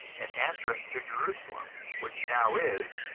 and answereth to jerusalem which now is,